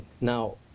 Now